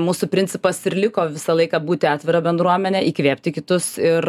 mūsų principas ir liko visą laiką būti atvira bendruomene įkvėpti kitus ir